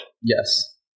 Yes